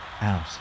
out